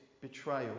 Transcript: betrayal